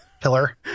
pillar